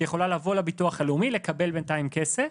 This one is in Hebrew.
את יכולה לבוא לביטוח הלאומי לקבל בינתיים כסף